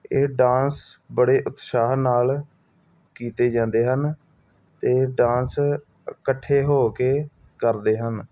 ਇਹ ਡਾਂਸ ਬੜੇ ਉਤਸ਼ਾਹ ਨਾਲ ਕੀਤੇ ਜਾਂਦੇ ਹਨ ਅਤੇ ਇਹ ਡਾਂਸ ਇਕੱਠੇ ਹੋ ਕੇ ਕਰਦੇ ਹਨ